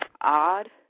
odd